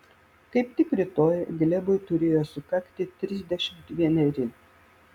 kaip tik rytoj glebui turėjo sukakti trisdešimt vieneri